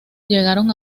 llegaron